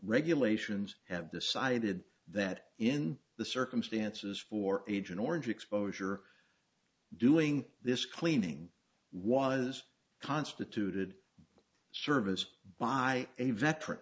regulations have decided that in the circumstances for agent orange exposure doing this cleaning was constituted service by a veteran